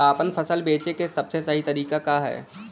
आपन फसल बेचे क सबसे सही तरीका का ह?